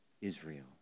Israel